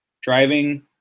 driving